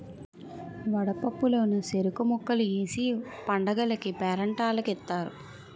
వడపప్పు లోన సెరుకు ముక్కలు ఏసి పండగకీ పేరంటాల్లకి ఇత్తారు